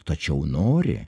tačiau nori